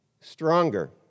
stronger